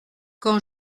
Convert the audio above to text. quand